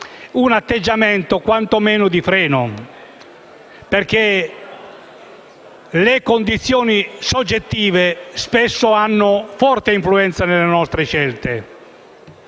un atteggiamento quantomeno di freno, perché le condizioni soggettive hanno spesso forte influenza sulle nostre scelte